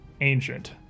ancient